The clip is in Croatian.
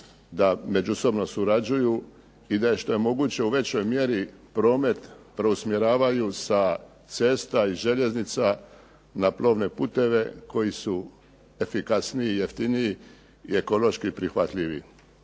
da međusobno surađuju i da je što je moguće u većoj mjeri promet preusmjeravaju sa cesta i željeznica na plovne puteve koji su efikasniji, jeftiniji i ekološki prihvatljivi.